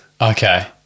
okay